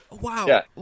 wow